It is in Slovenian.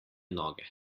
noge